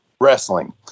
wrestling